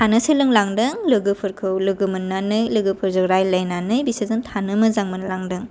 थानो सोलोंलांदों लोगोफोरखौ लोगो मोन्नानै लोगोफोरजों रायलायनानै बिसोरजों थानो मोजां मोनलांदों